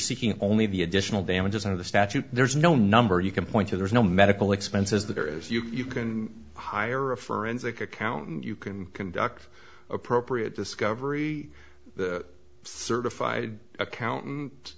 seeking only the additional damages under the statute there's no number you can point to there's no medical expenses that are as you can hire a forensic accountant you can conduct appropriate discovery certified accountant